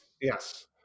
Yes